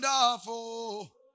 Wonderful